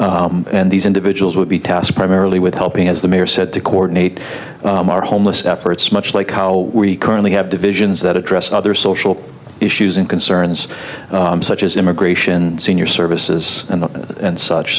office and these individuals would be tasked primarily with helping as the mayor said to coordinate our homeless efforts much like how we currently have divisions that address other social issues and concerns such as immigration senior services and and such